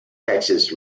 texas